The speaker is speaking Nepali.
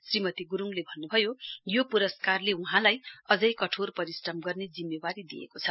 श्रीमती गुरुङले भन्नुभयो यो पुरस्कारले वहाँलाई अझै कठोर परिश्रम गर्ने जिम्मेवारी दिएको छ